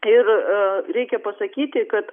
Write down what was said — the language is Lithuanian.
ir reikia pasakyti kad